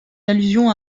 allusions